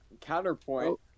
counterpoint